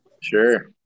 Sure